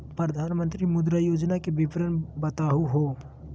प्रधानमंत्री मुद्रा योजना के विवरण बताहु हो?